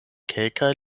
kelkaj